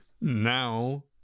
Now